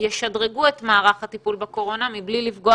שישדרגו את מערך הטיפול בקורונה מבלי לפגוע